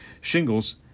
Shingles